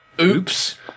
Oops